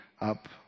up